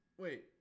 Wait